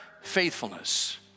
faithfulness